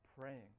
Praying